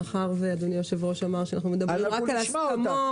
מאחר שאדוני היושב-ראש אמר שאנחנו מדברים רק על הסכמות.